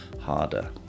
harder